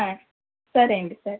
సరే అండి సరే